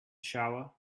shower